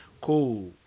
cool